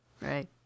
Right